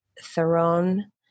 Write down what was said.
Theron